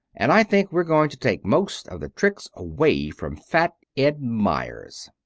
and i think we're going to take most of the tricks away from fat ed meyers.